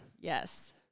Yes